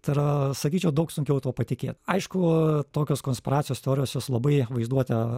tai yra sakyčiau daug sunkiau tuo patikėt aišku tokios konspiracijos teorijos jos labai vaizduotę